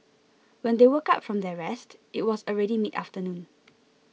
when they woke up from their rest it was already midafternoon